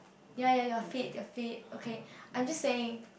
ya ya your feet your feet okay I just saying